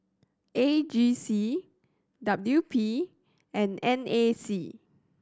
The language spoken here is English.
A G C W P and N A C